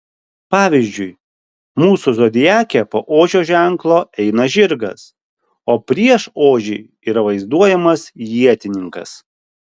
pavyzdžiui mūsų zodiake po ožio ženklo eina žirgas o prieš ožį yra vaizduojamas ietininkas